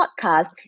podcast